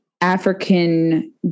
African